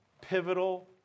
pivotal